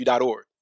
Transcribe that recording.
org